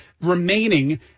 remaining